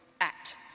act